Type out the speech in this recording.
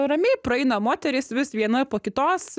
ramiai praeina moteris vis viena po kitos